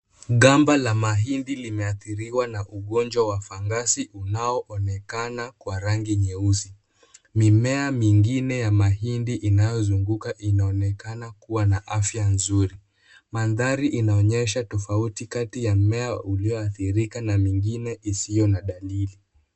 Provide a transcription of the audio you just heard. Gamba la mahindi limeathiriwa na ugonjwa wa fangasi unaoonekana kwa rangi nyeusi mimea mingine ya mahindi inayozunguka inaonekana kuwa na afya nzuri, mandhari inaonyesha tofauti kati ya mmea uliuoathirika na mingine isiyo na dalili.